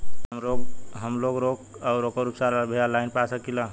हमलोग रोग अउर ओकर उपचार भी ऑनलाइन पा सकीला?